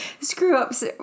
screw-ups